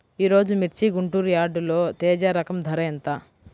ఈరోజు మిర్చి గుంటూరు యార్డులో తేజ రకం ధర ఎంత?